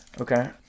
Okay